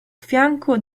fianco